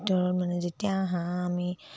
ভিতৰত মানে যেতিয়া হাঁহ আমি